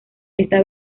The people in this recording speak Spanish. esta